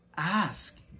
Ask